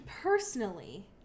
personally